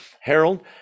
Harold